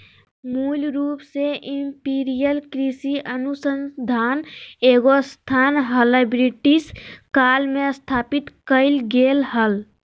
मूल रूप से इंपीरियल कृषि अनुसंधान एगो संस्थान हलई, ब्रिटिश काल मे स्थापित कैल गेलै हल